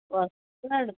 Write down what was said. వస్తున్నాడు